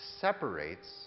separates